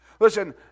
Listen